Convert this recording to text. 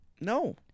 No